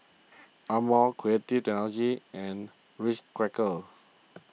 Amore Creative Technology and Ritz Crackers